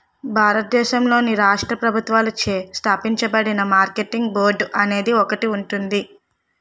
భారతదేశంలోని రాష్ట్ర ప్రభుత్వాలచే స్థాపించబడిన మార్కెటింగ్ బోర్డు అనేది ఒకటి ఉంటుంది